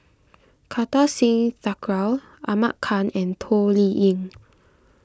Kartar Singh Thakral Ahmad Khan and Toh Liying